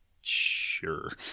Sure